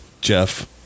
Jeff